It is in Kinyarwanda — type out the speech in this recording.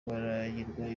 baragirwa